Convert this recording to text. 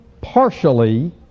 partially